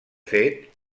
fet